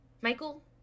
Michael